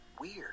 weird